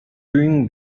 during